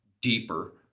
deeper